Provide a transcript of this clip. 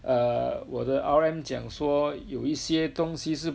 err 我的 R_M 讲说有一些东西是